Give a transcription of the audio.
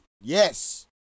Yes